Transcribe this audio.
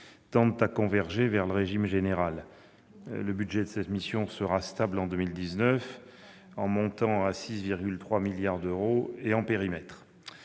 tendent à converger vers le régime général. Le budget de la mission sera stable en 2019 tant en montant, à 6,3 milliards d'euros, qu'en périmètre.